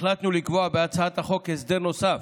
החלטנו לקבוע בהצעת החוק הסדר נוסף,